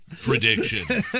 prediction